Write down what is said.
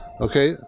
Okay